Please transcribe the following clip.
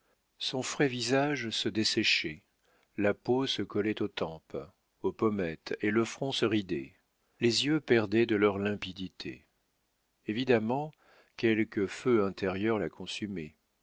son frais visage se desséchait la peau se collait aux tempes aux pommettes et le front se ridait les yeux perdaient de leur limpidité évidemment quelque feu intérieur la consumait